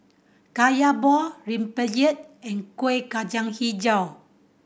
Kaya ball rempeyek and Kuih Kacang Hijau